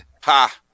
ha